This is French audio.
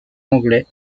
anglais